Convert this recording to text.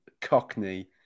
cockney